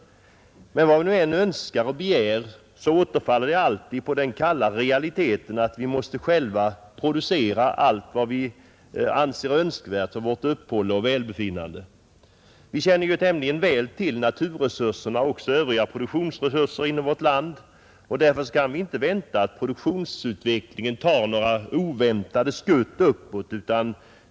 Men vad vi än önskar och begär så återfaller det alltid på den kalla realiteten att vi själva måste producera allt vad vi anser önskvärt för vårt uppehälle och vårt välbefinnande. Vi känner tämligen väl till naturresurserna och produktionsresurserna i vårt land och därför kan vi inte vänta att produktionsutvecklingen tar några oväntade skutt uppåt.